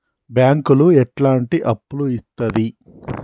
బ్యాంకులు ఎట్లాంటి అప్పులు ఇత్తది?